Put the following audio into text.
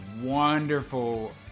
wonderful